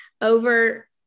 over